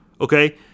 okay